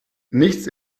nichts